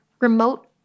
remote